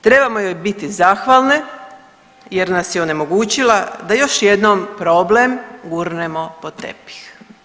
Trebamo joj biti zahvalne, jer nas je onemogućila da još jednom problem gurnemo pod tepih.